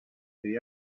they